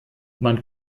man